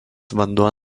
vanduo